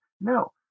No